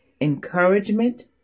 encouragement